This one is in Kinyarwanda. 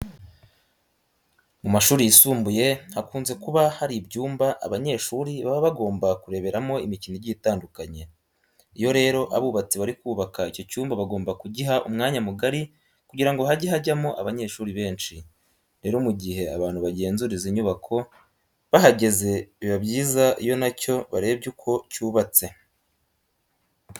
Mu mashuri yisumbuye hakunze kuba hari ibyumba abanyeshuri baba bagomba kureberamo imikino igiye itandukanye. Iyo rero abubatsi bari kubaka icyo cyumba bagomba kugiha umwanya mugari kugira ngo hajye hajyamo abanyeshuri benshi. Rero mu gihe abantu bagenzura izi nyubako bahageze biba biza iyo na cyo barebye uko cyubatse.